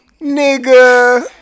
Nigga